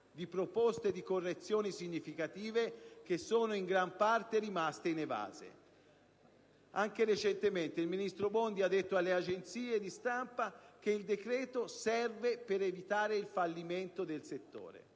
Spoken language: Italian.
di proposte di correzioni significative che sono in gran parte rimaste inevase. Anche recentemente il ministro Bondi ha detto alle agenzie di stampa che il decreto serve per evitare il fallimento del settore.